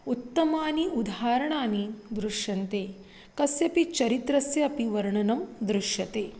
उत्तमानि उदाहरणानि दृश्यन्ते कस्यपि चरित्रस्य अपि वर्णनं दृश्यते